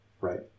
right